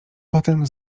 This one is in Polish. potem